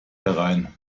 herein